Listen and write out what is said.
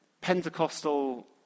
Pentecostal